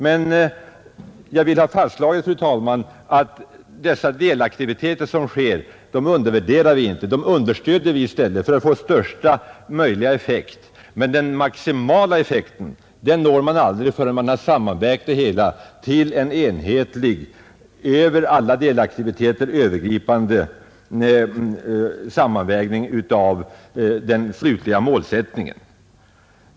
Men jag vill ha fastslaget, fru talman, att vi inte undervärderar dessa delaktiviteter som sker — i stället understöder vi dem för att få största möjliga effekt. Men den maximala effekten når man aldrig förrän man sammanvägt det hela till en enhetlig över alla delaktiviteter övergripande helhetsbild av den slutliga målsättningen.